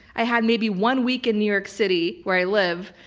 i had maybe one week in new york city, where i live,